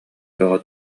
бөҕө